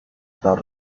about